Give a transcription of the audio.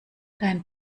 dein